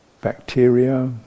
bacteria